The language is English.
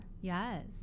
Yes